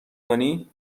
کنی